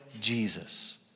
Jesus